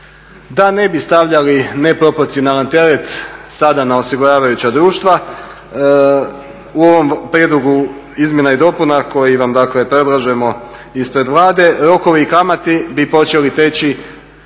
Da ne bi stavljali neproporcionalan teret sada na osiguravajuća društva u ovom prijedlogu izmjena i dopuna koji vam dakle predlažemo ispred Vlade, rokovi i kamate bi počeli teći